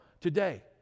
Today